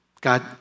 God